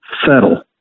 settle